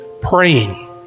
praying